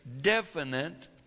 definite